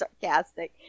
sarcastic